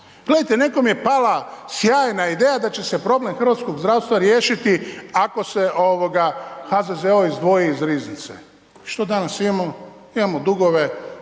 Gledajte, nekom je pala sjajna ideja da će se problem hrvatskog zdravstva riješiti ako se HZZO izdvoji iz riznice. Što danas imamo? Imamo dugove